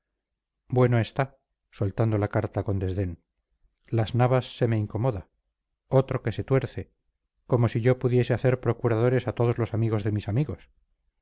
a leer por el medio bueno está soltando la carta con desdén las navas se me incomoda otro que se tuerce como si yo pudiese hacer procuradores a todos los amigos de mis amigos